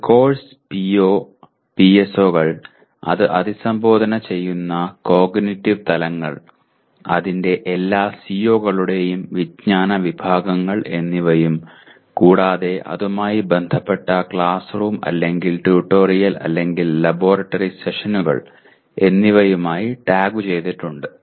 ഒരു course PO കൾ PSO കൾ അത് അഭിസംബോധന ചെയ്യുന്ന കോഗ്നിറ്റീവ് തലങ്ങൾ അതിന്റെ എല്ലാ CO കളുടെയും വിജ്ഞാന വിഭാഗങ്ങൾ എന്നിവയും കൂടാതെ അതുമായി ബന്ധപ്പെട്ട ക്ലാസ് റൂം അല്ലെങ്കിൽ ട്യൂട്ടോറിയൽ അല്ലെങ്കിൽ ലബോറട്ടറി സെഷനുകൾ എന്നിവയുമായി ടാഗുചെയ്തിട്ടുണ്ട്